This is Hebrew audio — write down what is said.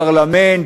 פרלמנט,